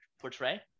portray